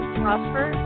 prosper